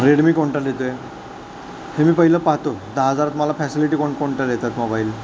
Redmi कोणता देतो आहे ते मी पहिलं पाहतो दहा हजारात मला फॅसिलिटी कोणकोणत्या देतात मोबाईल